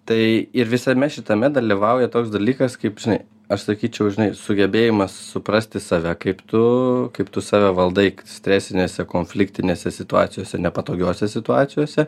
tai ir visame šitame dalyvauja toks dalykas kaip žinai aš sakyčiau žinai sugebėjimas suprasti save kaip tu kaip tu save valdai stresinėse konfliktinėse situacijose nepatogiose situacijose